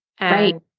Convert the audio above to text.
Right